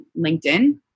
LinkedIn